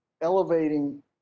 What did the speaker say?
Elevating